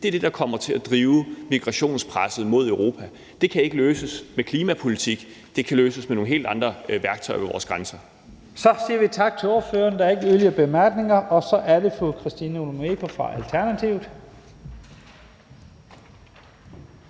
Det er det, der kommer til at drive migrationspresset mod Europa. Det kan ikke løses med klimapolitik. Det kan løses med nogle helt andre værktøjer ved vores grænser. Kl. 12:52 Første næstformand (Leif Lahn Jensen): Så siger vi tak til ordføreren. Der er ikke yderligere korte bemærkninger. Så er det fru Christina Olumeko fra Alternativet.